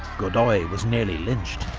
godoy was nearly lynched.